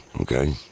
Okay